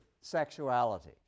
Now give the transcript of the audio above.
sexuality